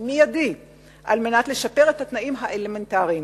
מיידי על מנת לשפר את התנאים האלמנטריים.